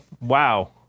Wow